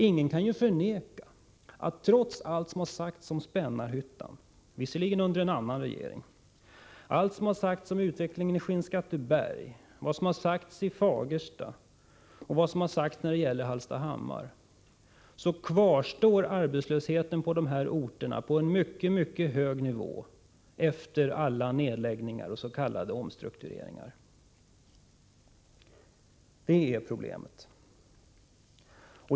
Ingen kan förneka, trots allt som har sagts om Spännarhyttan — visserligen under en annan regering —, om utvecklingen i Skinnskatteberg, Fagersta och Hallstahammar, att arbetslösheten på dessa orter kvarstår på en mycket hög nivå, efter alla nedläggningar och s.k. omstruktureringar. Det är problemet.